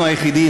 אנחנו היחידים,